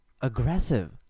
Aggressive